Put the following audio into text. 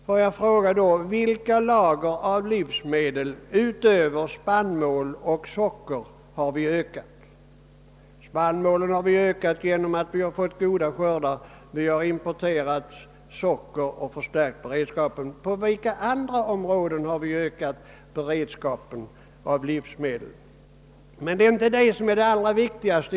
Får jag då fråga: Vilka lager av livsmedel har vi ökat utöver spannmål och socker? Spannmålen har vi kunnat öka genom att vi har fått goda skördar. Vi har importerat socker och förstärkt beredskapen, men på vilka andra områden har vi ökat beredskapen av livsmedel? Det är emellertid inte detta som i dag är det viktigaste.